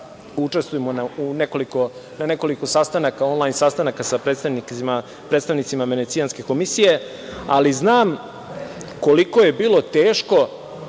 učestvujem na nekoliko sastanaka, onlajn sastanaka sa predstavnicima Venecijanske komisije, ali znam koliko je bilo teško